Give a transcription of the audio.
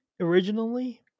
originally